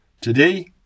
Today